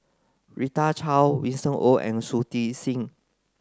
Rita Chao Winston Oh and Shui Tit Sing